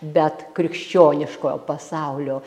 bet krikščioniškojo pasaulio